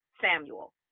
Samuel